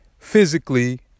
physically